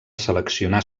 seleccionar